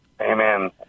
Amen